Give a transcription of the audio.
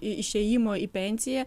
išėjimo į pensiją